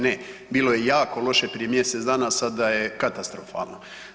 Ne, bilo je jako loše prije mjesec dana, a sada je katastrofalno.